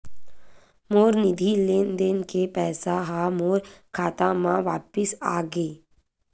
मोर निधि लेन देन के पैसा हा मोर खाता मा वापिस आ गे